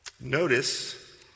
Notice